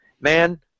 man